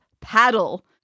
paddle